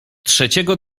trzeciego